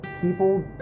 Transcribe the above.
people